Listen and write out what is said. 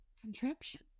contraption